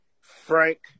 Frank